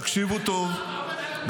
תקשיבו טוב,